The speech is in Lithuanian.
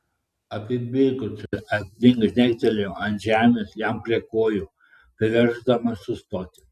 apibėgusi aplink žnektelėjo ant žemės jam prie kojų priversdama sustoti